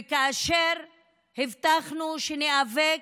והבטחנו שניאבק